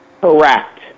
Correct